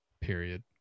period